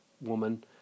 woman